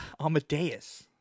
Amadeus